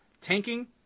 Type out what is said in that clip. Tanking